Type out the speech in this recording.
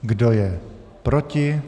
Kdo je proti?